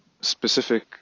specific